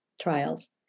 trials